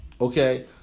Okay